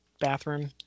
bathroom